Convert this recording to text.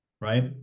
right